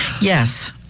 Yes